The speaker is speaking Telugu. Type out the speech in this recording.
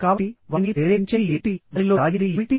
కాబట్టి వారిని ప్రేరేపించేది ఏమిటి వారిలో దాగినది ఏమిటి